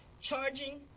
charging